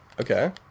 Okay